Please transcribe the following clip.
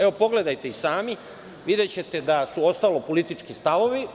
Evo, pogledajte i sami, videćete da su ostalo politički stavovi.